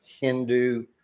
Hindu